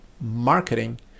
Marketing